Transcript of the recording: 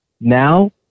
Now